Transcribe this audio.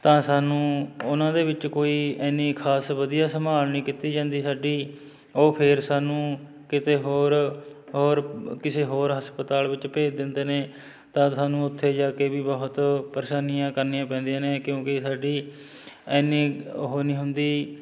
ਤਾਂ ਸਾਨੂੰ ਉਹਨਾਂ ਦੇ ਵਿੱਚ ਕੋਈ ਇੰਨੀ ਖ਼ਾਸ ਵਧੀਆ ਸੰਭਾਲ ਨਹੀਂ ਕੀਤੀ ਜਾਂਦੀ ਸਾਡੀ ਉਹ ਫਿਰ ਸਾਨੂੰ ਕਿਤੇ ਹੋਰ ਔਰ ਕਿਸੇ ਹੋਰ ਹਸਪਤਾਲ ਵਿੱਚ ਭੇਜ ਦਿੰਦੇ ਨੇ ਤਦ ਸਾਨੂੰ ਉੱਥੇ ਜਾ ਕੇ ਵੀ ਬਹੁਤ ਪਰੇਸ਼ਾਨੀਆਂ ਕਰਨੀਆਂ ਪੈਂਦੀਆਂ ਨੇ ਕਿਉਂਕਿ ਸਾਡੀ ਇੰਨੀ ਉਹ ਨਹੀਂ ਹੁੰਦੀ